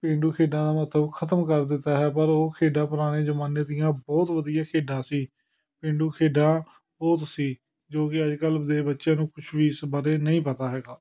ਪੇਂਡੂ ਖੇਡਾਂ ਦਾ ਮਹੱਤਵ ਖਤਮ ਕਰ ਦਿੱਤਾ ਹੈ ਪਰ ਉਹ ਖੇਡਾਂ ਪੁਰਾਣੇ ਜ਼ਮਾਨੇ ਦੀਆਂ ਬਹੁਤ ਵਧੀਆ ਖੇਡਾਂ ਸੀ ਪੇਂਡੂ ਖੇਡਾਂ ਉਹ ਤੁਸੀਂ ਜੋ ਕਿ ਅੱਜ ਕੱਲ੍ਹ ਦੇ ਬੱਚਿਆਂ ਨੂੰ ਕੁਛ ਵੀ ਇਸ ਬਾਰੇ ਨਹੀਂ ਪਤਾ ਹੈਗਾ